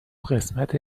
قسمت